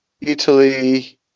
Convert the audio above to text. Italy